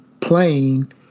plane